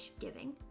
giving